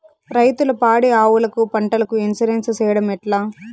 రైతులు పాడి ఆవులకు, పంటలకు, ఇన్సూరెన్సు సేయడం ఎట్లా?